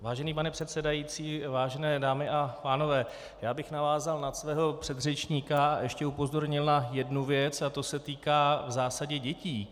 Vážený pane předsedající, vážené dámy a pánové, já bych navázal na svého předřečníka a ještě upozornil na jednu věc a to se týká v zásadě dětí.